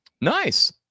Nice